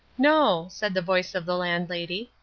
no, said the voice of the landlady.